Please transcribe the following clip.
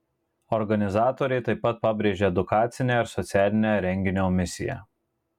organizatorė taip pat pabrėžia edukacinę ir socialinę renginio misiją